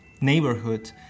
neighborhood